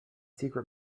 secret